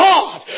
God